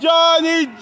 Johnny